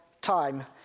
time